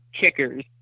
kickers